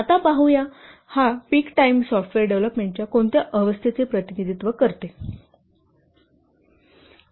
आता पाहूया हा पीक टाईम सॉफ्टवेअर डेव्हलोपमेंटच्या कोणत्या अवस्थेचे प्रतिनिधित्व करतो